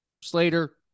Slater